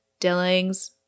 Dillings